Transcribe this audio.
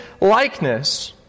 likeness